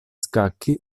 scacchi